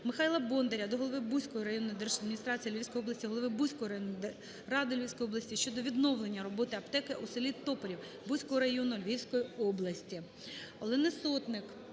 Михайла Бондаря до головиБуської районної держадміністрації Львівської області, голови Буської районної ради Львівської області щодо відновлення роботи аптеки у селі Топорів Буського району Львівської області.